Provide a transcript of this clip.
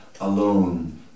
alone